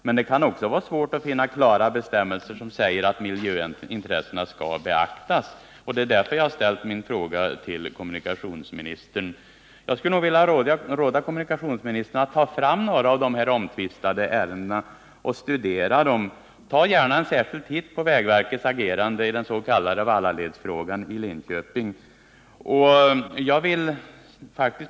Men det är också svårt att finna bestämmelser som klart säger att miljöintressena skall beaktas. Det är därför jag har ställt min fråga till kommunikationsministern. Jag skulle vilja råda kommunikationsministern att ta fram några av de omtvistade ärendena och studera dem. Ta gärna en särskild titt på vägverkets agerande i den s.k. Vallaledsfrågan i Linköping.